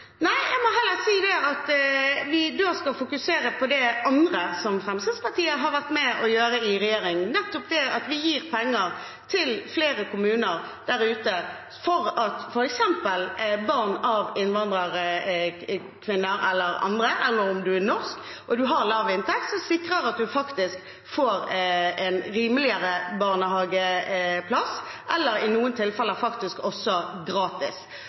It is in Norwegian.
Nei, jeg må heller si at vi da skal fokusere på det andre som Fremskrittspartiet har vært med på å gjøre i regjering, nettopp det at vi gir penger til flere kommuner der ute for at f.eks. barn av innvandrerkvinner eller andre – eller om man er norsk og har lav inntekt – sikres en rimeligere, eller i noen tilfeller faktisk gratis, barnehageplass. Det er også